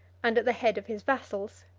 and at the head of his vassals.